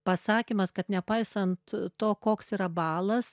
pasakymas kad nepaisant to koks yra balas